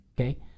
okay